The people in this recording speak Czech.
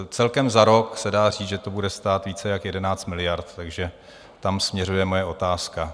Celkem za rok se dá říct, že to bude stát více jak 11 miliard, takže tam směřuje moje otázka.